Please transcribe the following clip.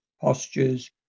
postures